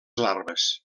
larves